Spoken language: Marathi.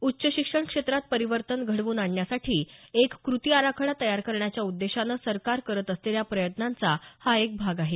उच्च शिक्षण क्षेत्रात परिवर्तन घडवून आणण्यासाठी एक कृती आराखडा तयार करण्याच्या उद्देशानं सरकार करत असलेल्या प्रयत्नांचा हा एक भाग आहे